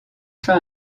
fin